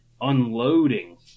unloading